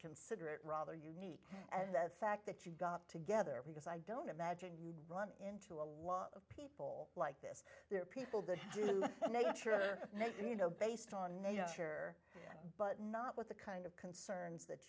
consider it rather unique and the fact that you got together because i don't imagine you'd run into a lot of people like this there are people that nature you know based on nature but not with the kind of concerns that